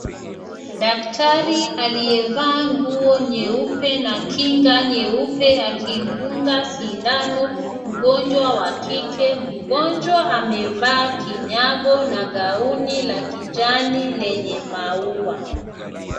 Daktari aliyevaa nguo nyeupe na kinga nyeupe akimdunga sindano mgonjwa wa kike. Mgonjwa amevaa kinyago na gauni la kijani lenye maua.